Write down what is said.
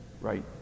Right